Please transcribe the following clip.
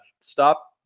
stop